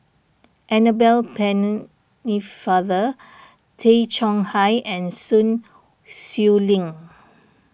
Annabel Pennefather Tay Chong Hai and Sun Xueling